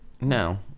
No